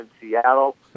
Seattle